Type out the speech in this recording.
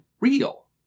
real